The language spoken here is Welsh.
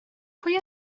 pwy